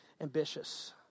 ambitious